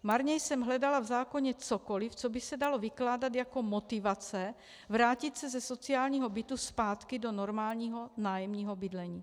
Marně jsem hledala v zákoně cokoli, co by se dalo vykládat jako motivace vrátit se ze sociálního bytu zpátky do normálního nájemního bydlení.